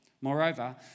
Moreover